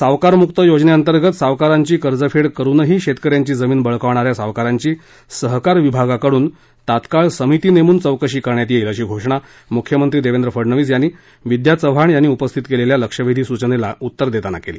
सावकारमुक योजनेतंर्गत सावकारांची कर्जफेड करूनही शेतकऱ्यांची जमीन बळकाविणाऱ्या सावकारांची सहकार विभागाकडून तत्काळ समिती नेमून चौकशी करण्यात येईल अशी घोषणा मुख्यमंत्री देवेंद्र फडणवीस यांनी विद्या चव्हाण यांनी उपस्थित केलेल्या लक्षवेधी सूचनेला उत्तर देताना केली